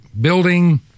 building